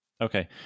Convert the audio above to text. Okay